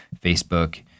Facebook